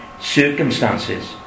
circumstances